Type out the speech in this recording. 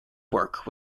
work